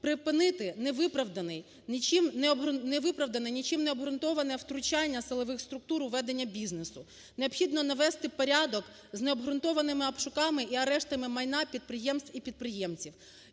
припинити невиправдане, нічим не обґрунтоване втручання силових структур у ведення бізнесу. Необхідно навести порядок з необґрунтованими обшуками і арештами майна підприємств і підприємців.